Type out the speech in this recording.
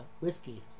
whiskey